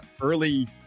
early